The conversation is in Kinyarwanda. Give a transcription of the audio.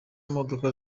modoka